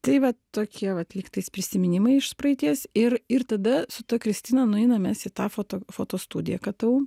tai va tokie vat lyg tais prisiminimai iš praeities ir ir tada su ta kristina nueinam mes į tą foto foto studiją ktu